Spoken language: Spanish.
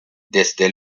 desde